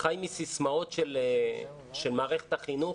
חי מסיסמאות של מערכת החינוך.